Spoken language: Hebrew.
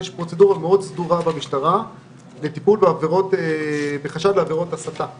יש פרוצדורה סדורה מאוד במשטרה לטיפול בחשד לעבירות הסתה ואיומים,